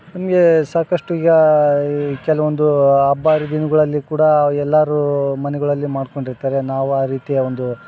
ನಮಗೆ ಸಾಕಷ್ಟು ಈಗ ಕೆಲವೊಂದು ಹಬ್ಬ ಹರಿದಿನಗಳಲ್ಲಿ ಕೂಡ ಎಲ್ಲರೂ ಮನೆಗಳಲ್ಲಿ ಮಾಡಿಕೊಂಡಿರ್ತಾರೆ ನಾವು ಆ ರೀತಿಯ ಒಂದು